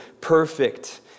perfect